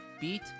beat